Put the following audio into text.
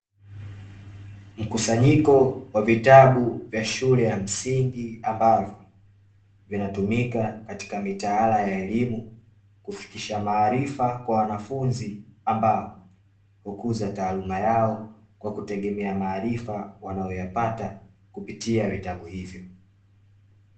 Mkusanyiko wa vitabu vya shule ya msingi, ambavyo vinatumika katika mitaala ya elimu, kufikisha maarifa kwa wanafunzi ambao hukuza taaluma yao kwa kutegemea maarifa wanayoyapata kupitia vitabu hivyo.